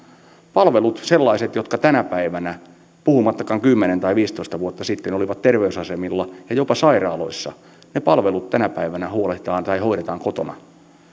palvelut sellaiset jotka tänä päivänä puhumattakaan kymmenen tai viisitoista vuotta sitten ovat terveysasemilla ja jopa sairaaloissa ne palvelut huolehditaan tai hoidetaan kotona